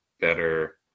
better